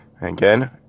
Again